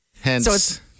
Hence